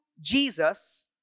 Jesus